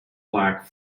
lack